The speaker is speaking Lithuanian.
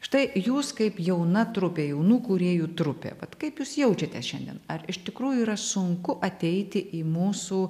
štai jūs kaip jauna trupė jaunų kūrėjų trupė vat kaip jūs jaučiatės šiandien ar iš tikrųjų yra sunku ateiti į mūsų